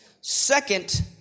Second